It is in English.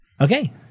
Okay